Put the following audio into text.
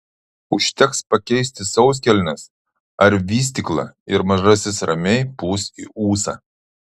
užteks pakeisti sauskelnes ar vystyklą ir mažasis ramiai pūs į ūsą